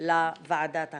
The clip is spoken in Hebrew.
לוועדת החקירה.